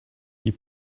die